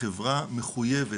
החברה מחויבת,